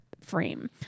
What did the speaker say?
frame